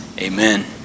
Amen